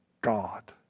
God